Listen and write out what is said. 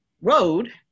road